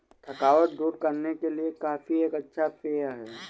थकावट दूर करने के लिए कॉफी एक अच्छा पेय है